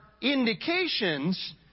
indications